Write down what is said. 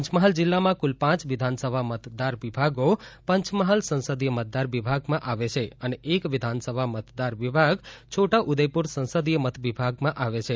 પંચમહાલ જીલ્લામાં કુલ પાંચ વિધાનસભા મતદાર વિભાગો પંચમહાલ સંસદીય મતદાર વિભાગમાં આવે છે અને એક વિધાનસભા મતદાર વિભાગ છોટા ઉદેપુર સંસદીય મતવિભાગમાં આવે છે